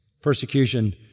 persecution